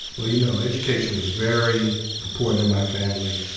well, you know, education was very important in my family,